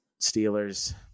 Steelers